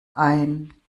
ein